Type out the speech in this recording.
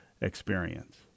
experience